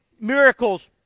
miracles